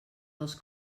dels